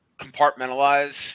compartmentalize